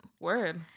word